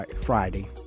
Friday